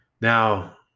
Now